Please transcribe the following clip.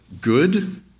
good